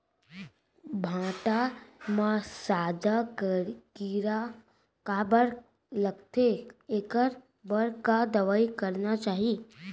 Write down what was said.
भांटा म सादा कीरा काबर लगथे एखर बर का दवई करना चाही?